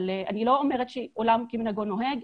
אני לא אומרת שעולם כמנהגו נוהג.